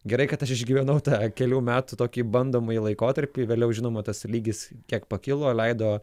gerai kad aš išgyvenau tą kelių metų tokį bandomąjį laikotarpį vėliau žinoma tas lygis kiek pakilo leido